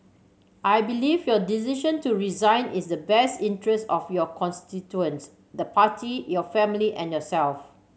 I believe your decision to resign is the best interest of your constituents the Party your family and yourself